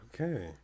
Okay